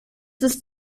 ist